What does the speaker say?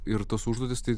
ir tuos užduotys tai